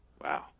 Wow